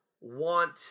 want